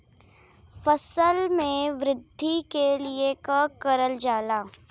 फसल मे वृद्धि के लिए का करल जाला?